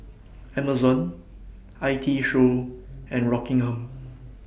Amazon I T Show and Rockingham